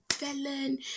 felon